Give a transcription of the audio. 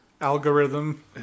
algorithm